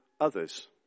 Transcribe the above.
others